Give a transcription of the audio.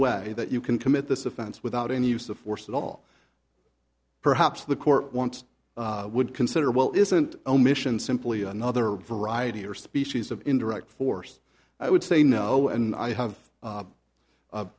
way that you can commit this offense without any use of force at all perhaps the court wants would consider well isn't omission simply another variety or species of indirect force i would say no and i have